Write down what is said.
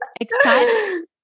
excited